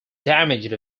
damaged